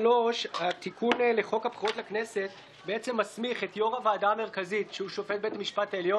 חבר הכנסת איימן עודה, ביקשת גם לדבר.